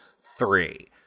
three